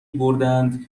بردهاند